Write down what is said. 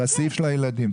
על הסעיף של הילדים.